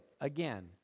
again